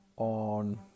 On